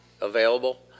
available